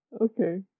Okay